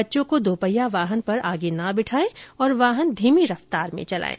बच्चों को दोपहिया वाहन पर आगे ना बिठाएं और वाहन धीमी रफ्तार में चलाएं